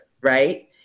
right